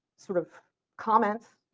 sort of comments,